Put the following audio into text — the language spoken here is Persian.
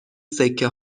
سکه